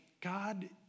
God